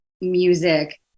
music